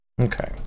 Okay